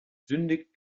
sündigt